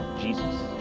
jesus.